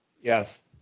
Yes